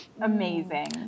Amazing